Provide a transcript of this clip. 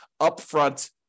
upfront